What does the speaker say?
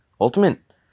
Ultimate